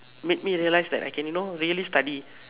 make me realise that you know I can really study